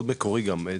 מאוד מקורי גם ,